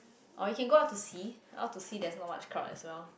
or you can go out to see how to see there's not much crowd as well